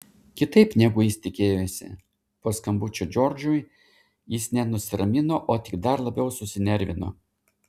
kitaip negu jis tikėjosi po skambučio džordžui jis ne nusiramino o tik dar labiau susinervino